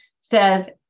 says